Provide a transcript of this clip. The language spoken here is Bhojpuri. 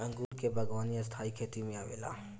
अंगूर के बागवानी स्थाई खेती में आवेला